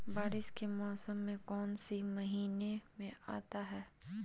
बारिस के मौसम कौन सी महीने में आता है?